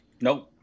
Nope